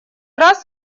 раз